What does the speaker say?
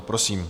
Prosím.